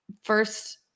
first